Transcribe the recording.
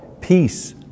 peace